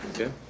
Okay